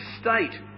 state